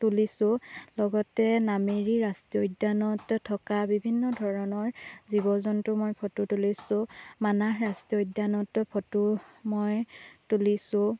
তুলিছোঁ লগতে নামেৰি ৰাষ্ট্ৰীয় উদ্যানত থকা বিভিন্ন ধৰণৰ জীৱ জন্তু মই ফটো তুলিছোঁ মানাহ ৰাষ্ট্ৰীয় উদ্যানত ফটো মই তুলিছোঁ